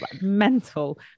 mental